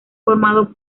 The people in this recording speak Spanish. formado